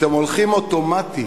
אתם הולכים אוטומטית